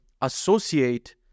associate